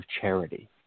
charity